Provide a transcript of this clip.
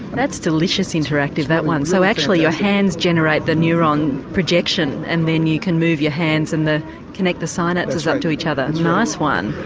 that's delicious interactive that one so actually your hands generate the neuron projection and then you can move your hands and connect the connect the synapses up to each other nice one.